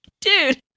Dude